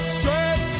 straight